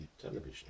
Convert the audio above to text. television